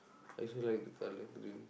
I actually like the colour blue